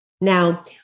Now